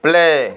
play